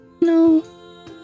No